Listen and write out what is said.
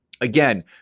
Again